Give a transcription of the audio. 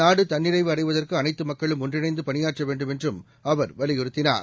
நாடுதன்னிறைவுஅடைவதற்குஅனைத்துமக்களும்ஒன்றி ணைந்துபணியாற்றவேண்டும்என்றும்அவர்வலியுறுத்தி னார்